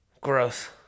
Gross